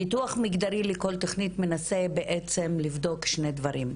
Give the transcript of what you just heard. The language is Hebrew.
ניתוח מגדרי לכל תוכנית מנסה לבדוק שני דברים,